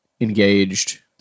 engaged